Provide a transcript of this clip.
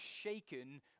shaken